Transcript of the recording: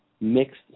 mixed